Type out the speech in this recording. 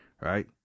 right